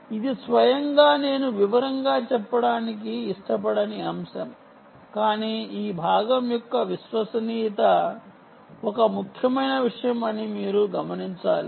ఇది స్వయంగా నేను వివరంగా చెప్పడానికి ఇష్టపడని అంశం కాని ఆ భాగం యొక్క విశ్వసనీయత ఒక ముఖ్యమైన విషయం అని మీరు గమనించాలి